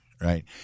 right